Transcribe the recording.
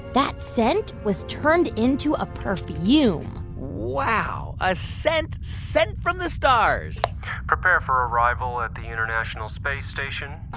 that scent was turned into a perfume wow. a scent sent from the stars prepare for arrival at the international space station.